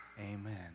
Amen